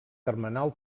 termenal